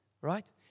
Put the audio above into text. right